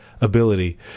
ability